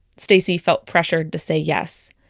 stacie felt pressured to say yes.